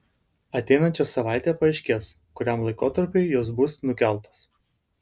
ateinančią savaitę paaiškės kuriam laikotarpiui jos bus nukeltos